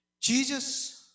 Jesus